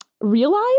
realize